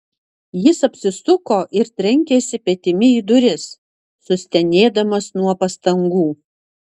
jis apsisuko ir trenkėsi petimi į duris sustenėdamas nuo pastangų